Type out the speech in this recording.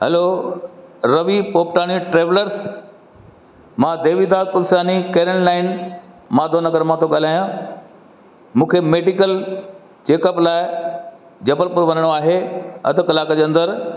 hello Ravi Popatani travellers मां देवीदास तुलसियानी कैरीन line Madhav Nagar मां थो ॻाल्हायां मूंखे मेडिकल चेकप लाइ जबलपुर वञिणो आहे अधु कलाक जे अंदरि